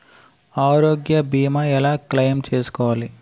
ఆరోగ్య భీమా ఎలా క్లైమ్ చేసుకోవాలి?